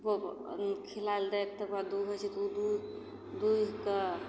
ओ खिलै ले देत तकर बाद दुहै छै तऽ ओ दु दुहिके